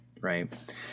right